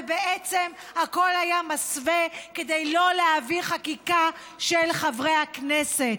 ובעצם הכול היה מסווה כדי לא להביא חקיקה של חברי הכנסת.